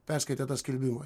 perskaitėt tą skelbimą